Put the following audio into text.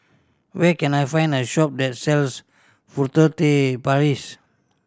where can I find a shop that sells Furtere Paris